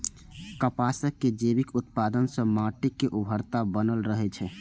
कपासक जैविक उत्पादन सं माटिक उर्वरता बनल रहै छै